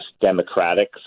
democratic